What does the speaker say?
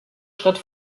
schritt